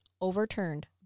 overturned